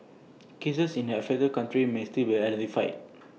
cases in the affected countries may still be identified